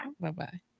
Bye-bye